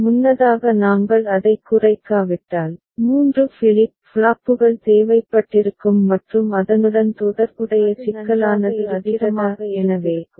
முன்னதாக நாங்கள் அதைக் குறைக்காவிட்டால் 3 ஃபிளிப் ஃப்ளாப்புகள் தேவைப்பட்டிருக்கும் மற்றும் அதனுடன் தொடர்புடைய சிக்கலானது அதிகமாக இருந்திருக்கும் அது நன்றாக இருக்கிறதா